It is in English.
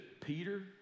Peter